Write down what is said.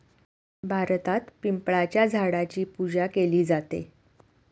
भारतात पिंपळाच्या झाडाची पूजा केली जाते